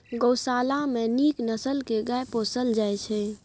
गोशाला मे नीक नसल के गाय पोसल जाइ छइ